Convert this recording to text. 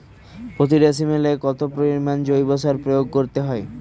প্রতি ডিসিমেলে কত পরিমাণ জৈব সার প্রয়োগ করতে হয়?